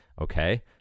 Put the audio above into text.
Okay